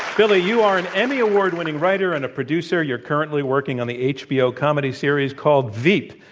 billy, you are an emmy award-winning writer and a producer. you're currently working on the hbo comedy series called veep,